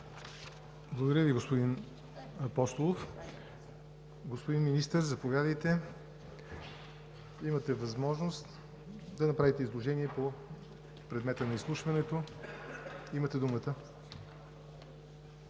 Благодаря Ви, господин Апостолов. Господин Министър, заповядайте. Имате възможност да направите изложение по предмета на изслушването – имате думата.